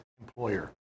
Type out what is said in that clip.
employer